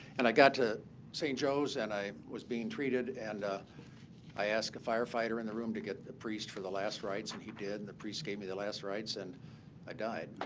and i got to st. joe's, and i was being treated. and i asked a firefighter in the room to get the priest for the last rites. and he did, and the priest gave me the last rites, and i died.